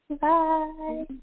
Bye